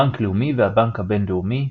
בנק לאומי והבנק הבינלאומי,